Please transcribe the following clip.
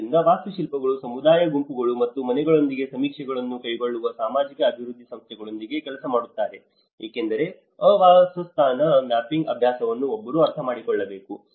ಆದ್ದರಿಂದ ವಾಸ್ತುಶಿಲ್ಪಿಗಳು ಸಮುದಾಯ ಗುಂಪುಗಳು ಮತ್ತು ಮನೆಗಳೊಂದಿಗೆ ಸಮೀಕ್ಷೆಗಳನ್ನು ಕೈಗೊಳ್ಳಲು ಸಾಮಾಜಿಕ ಅಭಿವೃದ್ಧಿ ಸಂಸ್ಥೆಗಳೊಂದಿಗೆ ಕೆಲಸ ಮಾಡುತ್ತಾರೆ ಏಕೆಂದರೆ ಆವಾಸಸ್ಥಾನ ಮ್ಯಾಪಿಂಗ್ ಅಭ್ಯಾಸವನ್ನು ಒಬ್ಬರು ಅರ್ಥಮಾಡಿಕೊಳ್ಳಬೇಕು